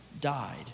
died